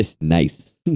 Nice